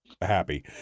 happy